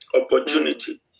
opportunity